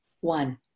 One